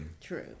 True